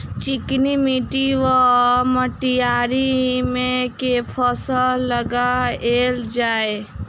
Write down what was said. चिकनी माटि वा मटीयारी मे केँ फसल लगाएल जाए?